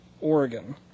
Oregon